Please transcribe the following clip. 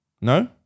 No